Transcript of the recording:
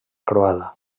croada